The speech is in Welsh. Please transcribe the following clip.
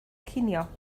cinio